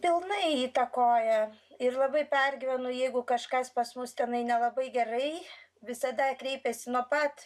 pilnai įtakoja ir labai pergyvenu jeigu kažkas pas mus tenai nelabai gerai visada kreipiasi nuo pat